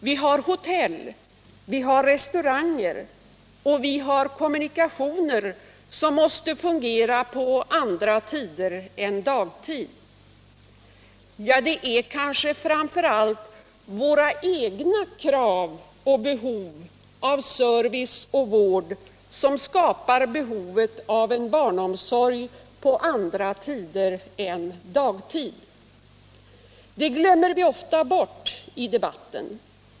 Vi har hotell, vi har restauranger och vi har kommunikationer som måste fungera på andra tider än dagtid. Ja, det är kanske framför allt våra egna krav och behov av service och vård som skapar behovet av barnomsorg på andra tider än dagtid. Det glömmer vi ofta bort i debatten.